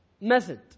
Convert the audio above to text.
method